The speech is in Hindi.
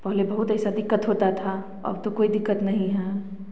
पहले बहुत ऐसा दिक्कत होता था अब तो कोई दिक्कत नहीं हैं